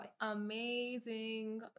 Amazing